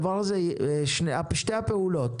שתי הפעולות